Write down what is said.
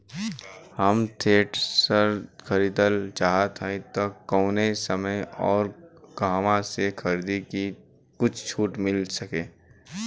हम थ्रेसर खरीदल चाहत हइं त कवने समय अउर कहवा से खरीदी की कुछ छूट मिल सके?